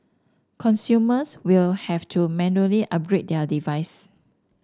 consumers will have to manually upgrade their device